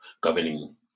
governing